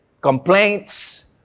complaints